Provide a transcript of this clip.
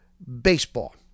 Baseball